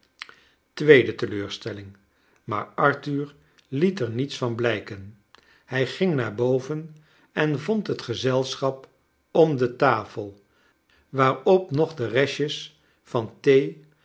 teleurstelling maar arthur liet er niets van blijken hij ging naar boven en vond het gezelschap om de tafel waarop nog de restes van